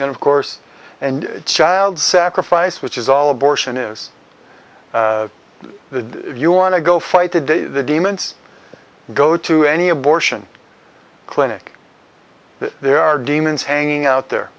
and of course and child sacrifice which is all abortion is the you want to go fight today the demons go to any abortion clinic there are demons hanging out there